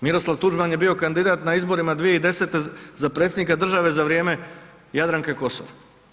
Miroslav Tuđman je bio kandidat na izborima 2010. za predsjednika države za vrijeme Jadranke Kosor.